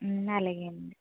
అలాగేనండి